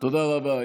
תודה רבה.